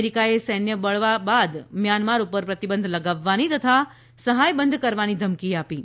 અમેરિકાએ સૈન્ય બળવા બાદ મ્યાનમાર પર પ્રતિબંધ લગાવવાની તથા સહાય બંધ કરવાની ધમકી આપી છે